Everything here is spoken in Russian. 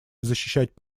защищать